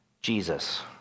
Jesus